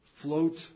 float